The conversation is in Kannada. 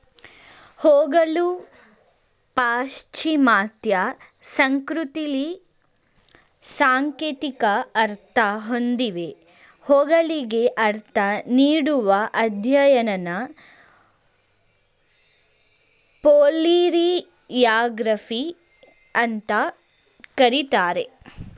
ಹೂಗಳು ಪಾಶ್ಚಿಮಾತ್ಯ ಸಂಸ್ಕೃತಿಲಿ ಸಾಂಕೇತಿಕ ಅರ್ಥ ಹೊಂದಿವೆ ಹೂಗಳಿಗೆ ಅರ್ಥ ನೀಡುವ ಅಧ್ಯಯನನ ಫ್ಲೋರಿಯೊಗ್ರಫಿ ಅಂತ ಕರೀತಾರೆ